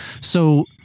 So-